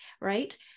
Right